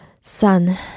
son